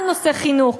בנושא חינוך.